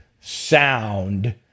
sound